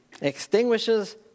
extinguishes